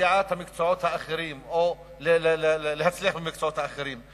ידיעת המקצועות האחרים או ההצלחה במקצועות אחרים.